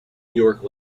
york